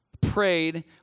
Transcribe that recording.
prayed